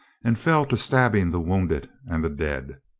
and fell to stabbing the wounded and the dead.